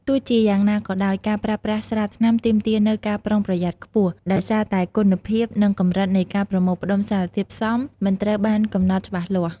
ទោះជាយ៉ាងណាក៏ដោយ ការប្រើប្រាស់ស្រាថ្នាំទាមទារនូវ ការប្រុងប្រយ័ត្នខ្ពស់ ដោយសារតែគុណភាព និងកម្រិតនៃការប្រមូលផ្តុំសារធាតុផ្សំមិនត្រូវបានកំណត់ច្បាស់លាស់។